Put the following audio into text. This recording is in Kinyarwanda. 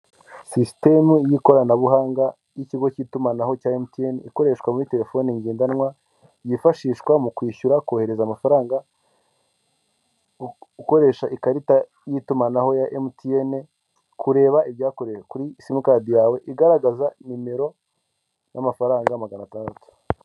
Sisitemu y'ikoranabuhanga, y'ikigo cy'itumanaho cya emutiyeni, ikoreshwa muri telefoni ngendanwa, yifashishwa mu kwishyura, kohereza amafaranga ukoresha ikarita y'itumanaho ya emutiyene, kureba ibyakorewe kuri simukadi yawe, igaragaza nimero n'amafaranga magana atandatu.